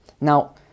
Now